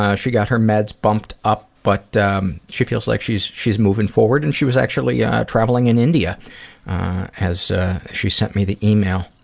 ah she got her meds bumped up, but um she feels like she's she's moving forward. and, she was actually yeah traveling in india as ah she sent me the email.